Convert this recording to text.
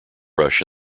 rush